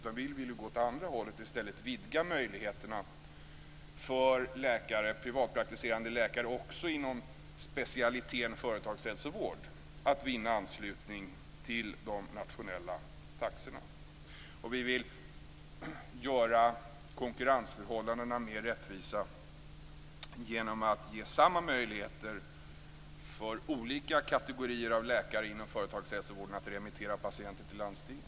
Vi vill i stället gå åt andra hållet och vidga möjligheterna för privatpraktiserande läkare, också inom specialiteten företagshälsovård, att vinna anslutning till de nationella taxorna. Vi vill också göra konkurrensförhållandena mera rättvisa genom att ge olika kategorier av läkare inom företagshälsovården samma möjligheter att remittera patienter till landstingen.